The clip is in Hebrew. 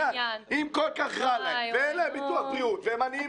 אם כל כך רע להם ואין להם ביטוח בריאות והם עניים מרודים והם מסכנים,